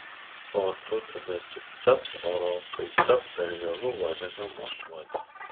o tu tada tik capt o kai capt per vėlu uodega mosuoti